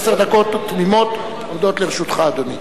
עשר דקות תמימות עומדות לרשותך, אדוני.